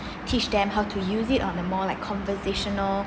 teach them how to use it on the more like conversational